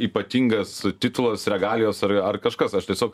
ypatingas titulas regalijos ar ar kažkas aš tiesiog